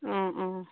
অঁ অঁ